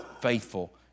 faithful